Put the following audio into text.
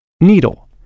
Needle